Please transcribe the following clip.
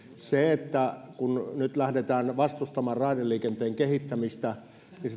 se että nyt lähdetään vastustamaan raideliikenteen kehittämistä